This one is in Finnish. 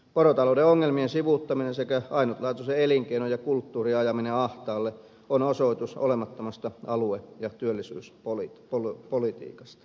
porotalouden ongelmien sivuuttaminen sekä ainutlaatuisen elinkeinon ja kulttuurin ajaminen ahtaalle on osoitus olemattomasta alue ja työllisyyspolitiikasta